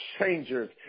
changers